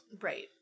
Right